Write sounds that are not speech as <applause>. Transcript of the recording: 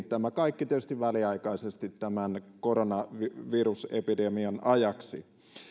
<unintelligible> tämä kaikki tietysti väliaikaisesti tämän koronavirusepidemian ajaksi